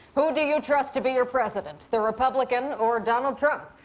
who do you trust to be your president? the republican or donald trump?